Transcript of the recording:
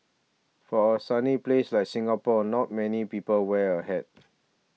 for a sunny place like Singapore not many people wear a hat